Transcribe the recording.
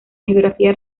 geografía